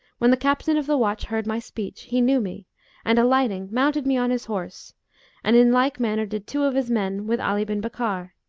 when the captain of the watch heard my speech, he knew me and alighting, mounted me on his horse and in like manner did two of his men with ali bin bakkar.